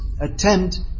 attempt